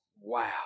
wow